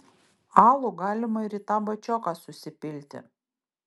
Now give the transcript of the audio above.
alų galima ir į tą bačioką susipilti